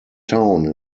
town